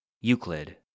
Euclid